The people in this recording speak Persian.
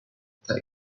موتور